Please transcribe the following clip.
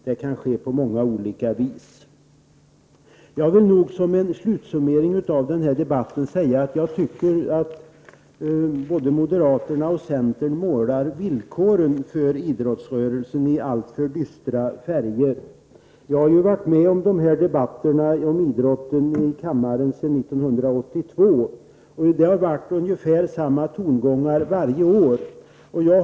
Det kan ske på många olika vis. Som en slutsummering av denna debatt vill jag säga att jag tycker att både moderaterna och centern målar villkoren för idrottsrörelsen i alltför dystra färger. Jag har ju varit med vid debatterna om idrotten här i kammaren sedan 1982, och varje år har tongångarna varit ungefär desamma.